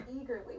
eagerly